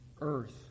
earth